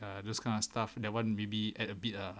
uh those kind of stuff that one maybe add a bit ah